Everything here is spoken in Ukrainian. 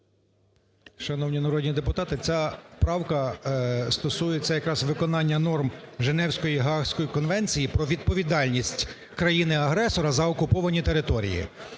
Шановні народні депутати! Ця правка стосується якраз виконання норм Женевської, Гаазької конвенції про відповідальність країни-агресора за окуповані території.